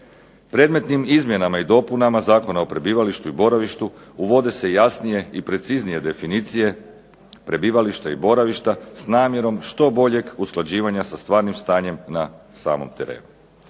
Predmetnim izmjenama i dopunama Zakona o prebivalištu i boravištu uvode se jasnije i preciznije definicije prebivališta i boravišta s namjerom što boljeg usklađivanja sa stvarnim stanjem na samom terenu.